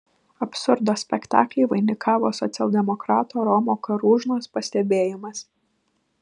absurdo spektaklį vainikavo socialdemokrato romo karūžnos pastebėjimas